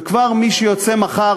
וכבר מי שיוצא מחר,